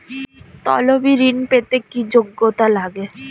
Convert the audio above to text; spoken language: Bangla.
তলবি ঋন পেতে কি যোগ্যতা লাগে?